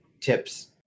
tips